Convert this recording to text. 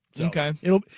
Okay